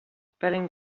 spelling